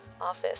office